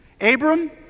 Abram